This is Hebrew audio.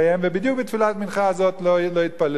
ובדיוק בתפילת המנחה הזאת לא התפללו שם.